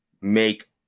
make